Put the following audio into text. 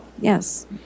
Yes